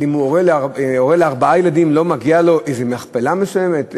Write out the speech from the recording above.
והורה לארבעה ילדים לא מגיעה לו איזו מכפלה מסוימת,